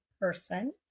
person